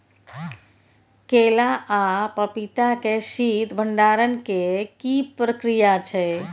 केला आ पपीता के शीत भंडारण के की प्रक्रिया छै?